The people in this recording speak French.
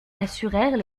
assurèrent